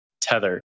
Tether